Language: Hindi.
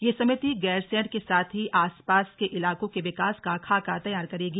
यह समिति गैरसैंण के साथ ही आसपास के इलाकों के विकास का खाका तैयार करेगी